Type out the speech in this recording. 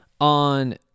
on